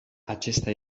acesta